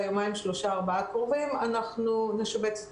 ביומיים-שלושה-ארבעה הקרובים נשבץ את